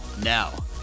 now